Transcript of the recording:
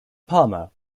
palmer